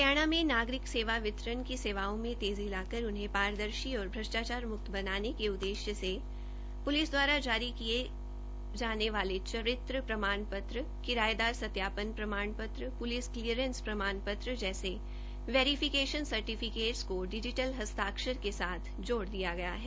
हरियाणा में नागरिक सेवा वितरण की सेवाओं में तेजी लाकर उन्हें पारदर्शी और श्रष्टाचार मुक्त बनाने के उददेश्य से पुलिस दवारा जारी किए जाने वाले चरित्र प्रमाण पत्र किरायेदार सत्यापन प्रमाण पत्र पृलिस क्लीयरेंस प्रमाण पत्र जैसे वेरिफिकेशन सर्टिफिकेट्स को डिजिटल हस्ताक्षर के साथ जोड़ दिया गया है